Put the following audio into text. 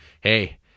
Hey